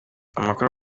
amakuru